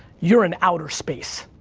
you're in outer space.